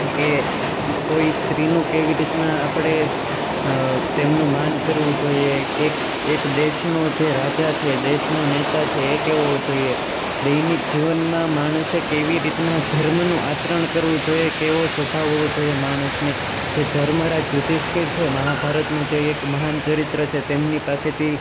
કે કોઈ સ્ત્રીનું કેવી રીતના આપણે તેમનું માન કરવું જોઈએ એક દેશનો છે રાજા છે દેશનો નેતા છે એ કેવો હોવો જોઈએ દૈનિક જીવનમાં માણસે કેવી રીતના ધર્મનું આચરણ કરવું જોઈએ કેવો સ્વભાવ હોવો જોઈએ માણસને જે ધર્મરાજ યુધિષ્ઠીર છે મહાભારતનું જે એક મહાન ચરિત્ર છે તેમની પાસેથી